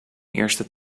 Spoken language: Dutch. eerste